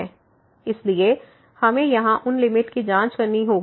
इसलिए हमें यहां उन लिमिट की जांच करनी होगी